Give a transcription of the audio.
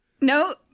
No